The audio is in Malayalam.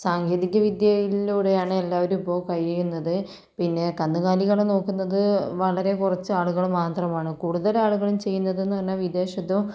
സാങ്കേതികവിദ്യയിലൂടെയാണ് എല്ലാവരും ഇപ്പോൾ കഴിയുന്നത് പിന്നെ കന്നുകാലികളെ നോക്കുന്നത് വളരെ കുറച്ച് ആളുകൾ മാത്രമാണ് കൂടുതൽ ആളുകളും ചെയ്യുന്നതെന്ന് പറഞ്ഞാൽ വിദേശത്തും